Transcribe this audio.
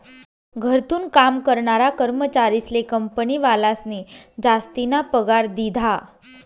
घरथून काम करनारा कर्मचारीस्ले कंपनीवालास्नी जासतीना पगार दिधा